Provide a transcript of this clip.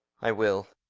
i will.